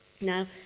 Now